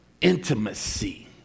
Intimacy